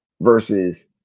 versus